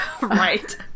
Right